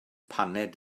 paned